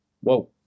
Whoa